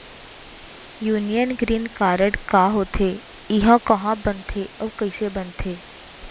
Union green card का होथे, एहा कहाँ बनथे अऊ कइसे बनथे?